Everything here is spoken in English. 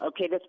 okay